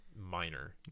minor